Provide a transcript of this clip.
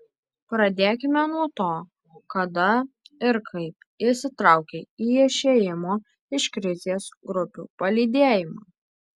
pradėkime nuo to kada ir kaip įsitraukei į išėjimo iš krizės grupių palydėjimą